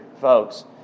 folks